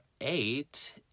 eight